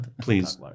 please